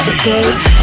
Okay